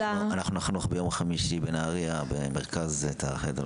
אנחנו נחנוך ביום חמישי בנהריה את החדר הזה.